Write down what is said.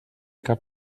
cap